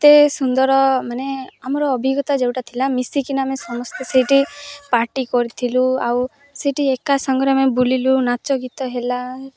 ଏତେ ସୁନ୍ଦର ମାନେ ଆମର ଅଭିଜ୍ଞତା ଯୋଉଟା ଥିଲା ମିଶିକିନା ଆମେ ସମସ୍ତେ ସେଇଠି ପାର୍ଟି କରିଥିଲୁ ଆଉ ସେଇଠି ଏକା ସାଙ୍ଗରେ ଆମେ ବୁଲିଲୁ ନାଚ ଗୀତ ହେଲା